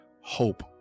hope